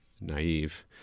naive